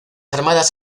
armadas